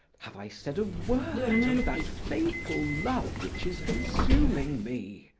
have i said a word of that fatal love which is consuming me?